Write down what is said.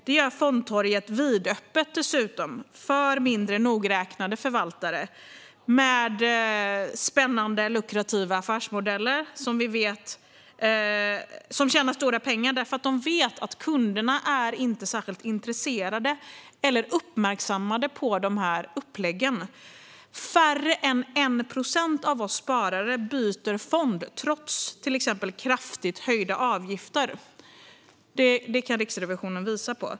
Detta gör dessutom fondtorget vidöppet för mindre nogräknade förvaltare med spännande, lukrativa affärsmodeller, som tjänar stora pengar därför att de vet att kunderna inte är särskilt intresserade eller uppmärksamma på uppläggen. Till exempel byter mindre än 1 procent av oss sparare fond trots kraftigt höjda avgifter, kan Riksrevisionen visa på.